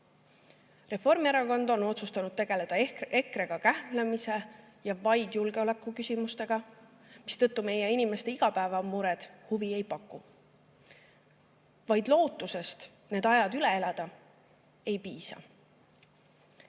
ette. Reformierakond on otsustanud tegeleda EKRE‑ga kähmlemise ja vaid julgeolekuküsimustega, mistõttu meie inimeste igapäevamured huvi ei paku. Vaid lootusest need ajad üle elada ei piisa.